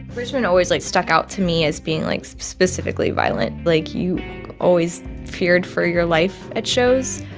richmond always, like, stuck out to me as being, like, specifically violent. like, you always feared for your life at shows,